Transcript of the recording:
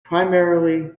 primarily